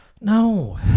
No